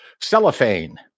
cellophane